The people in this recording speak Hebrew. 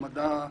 במעמדה,